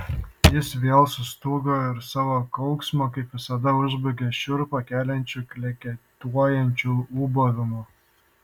jis vėl sustūgo ir savo kauksmą kaip visada užbaigė šiurpą keliančiu kleketuojančiu ūbavimu